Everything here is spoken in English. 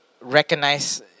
recognize